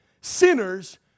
sinners